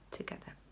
together